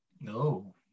No